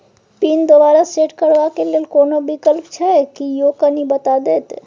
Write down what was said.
Pin दोबारा set करबा के लेल कोनो विकल्प छै की यो कनी बता देत?